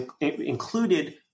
included